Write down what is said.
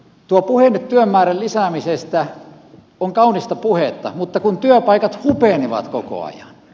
tuo puhe työn määrän lisäämisestä on kaunista puhetta mutta kun työpaikat hupenevat koko ajan